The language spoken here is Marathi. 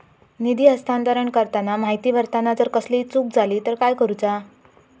निधी हस्तांतरण करताना माहिती भरताना जर कसलीय चूक जाली तर काय करूचा?